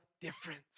difference